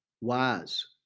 Wise